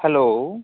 hello